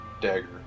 dagger